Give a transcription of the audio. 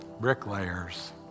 bricklayers